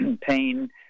pain